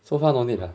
so far no need lah